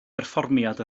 berfformiad